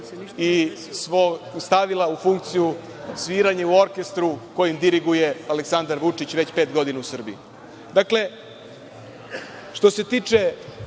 i stavila u funkciju sviranja u orkestru kojim diriguje Aleksandar Vučić već pet godina u Srbiji. Dakle, što se tiče